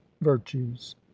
virtues